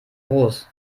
groß